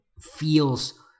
feels